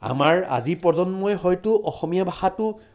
আমাৰ আজিৰ প্ৰজন্মই হয়তো অসমীয়া ভাষাটো